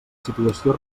situació